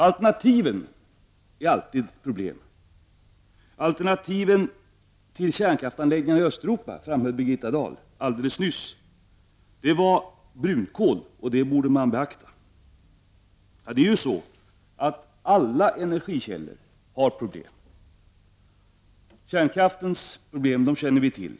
Alternativen utgör alltid problem. Alternativet till kärnkraftsanläggningarna i Östeuropa var brunkol, och det borde man beakta, framhöll Birgitta Dahl alldeles nyss. Alla energikällor har problem. Problemen med kärnkraften känner vi till.